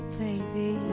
baby